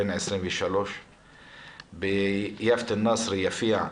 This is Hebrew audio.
בן 23. ביפת אל-נסרה יפיע,